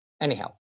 anyhow